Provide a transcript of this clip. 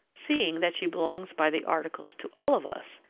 seeing that she belongs by the articles to all of us,